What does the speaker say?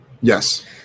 Yes